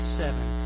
seven